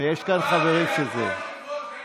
ויש כאן חברים שזה, אדוני